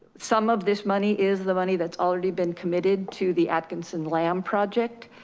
some of this money is the money that's already been committed to the atkinson lamb project.